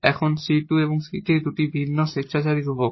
এখন 𝑐2 এবং 𝑐3 তারা দুটি ভিন্ন স্বেচ্ছাচারী ধ্রুবক